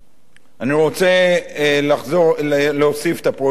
אני רוצה להוסיף את הפרויקט האחרון,